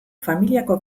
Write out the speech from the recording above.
familiako